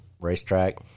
racetrack